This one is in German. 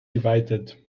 geweitet